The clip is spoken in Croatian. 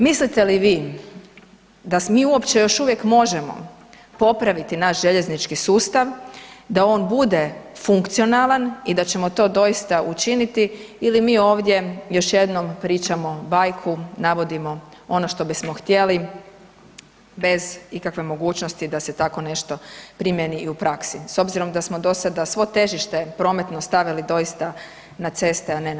Mislite li vi da mi uopće još uvijek možemo popraviti naš željeznički sustav da on bude funkcionalan i da ćemo to doista učiniti ili mi ovdje još jednom pričamo bajku, navodimo ono što bismo htjeli bez ikakve mogućnosti da se tako nešto primjeni i u praksi s obzirom da smo dosada svo težište prometno stavili doista na ceste, a ne na željeznice?